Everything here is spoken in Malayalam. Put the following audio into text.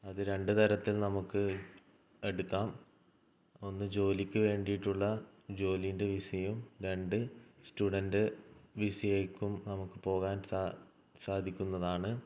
അതു രണ്ട് തരത്തില് നമുക്ക് എടുക്കാം ഒന്ന് ജോലിക്ക് വേണ്ടിയിട്ടുള്ള ജോലീന്റെ വിസയും രണ്ട് സ്റ്റുഡന്റ് വിസക്കും നമുക്ക് പോകാന് സാധിക്കും സാധിക്കുന്നതാണ്